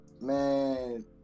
man